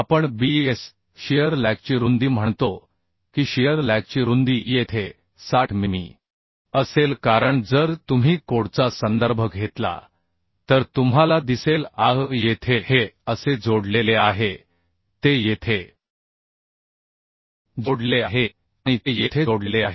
आपण Bs shear लॅगची रुंदी म्हणतो की शियर लॅगची रुंदी येथे 60 मिमी असेल कारण जर तुम्ही कोडचा संदर्भ घेतला तर तुम्हाला दिसेल आह येथे हे असे जोडलेले आहे ते येथे जोडलेले आहे आणि ते येथे जोडलेले आहे